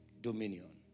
dominion